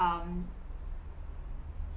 um